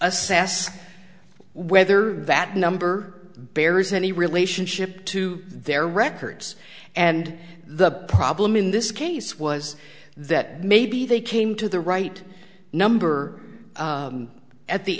assess whether that number bears any relationship to their records and the problem in this case was that maybe they came to the right number at the